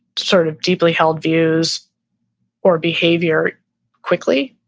sort of deeply held views or behavior quickly.